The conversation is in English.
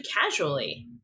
casually